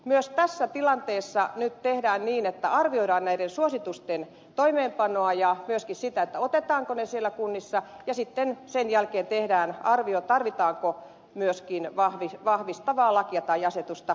myös tässä tilanteessa nyt tehdään niin että arvioidaan näiden suositusten toimeenpanoa ja myöskin sitä otetaanko ne siellä kunnissa huomioon ja sitten sen jälkeen tehdään arvio tarvitaanko myöskin vahvistavaa lakia tai asetusta